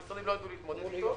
המשרדים לא יידעו להתמודד איתו.